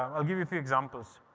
i will give you a few examples.